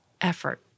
effort